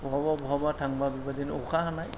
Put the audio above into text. बहाबा बहाबा थांब्ला बेबादिनो अखा हानाय